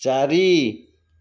ଚାରି